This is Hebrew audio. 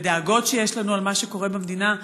לדאגות שיש לנו על מה שקורה במדינה.